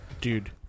dude